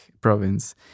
province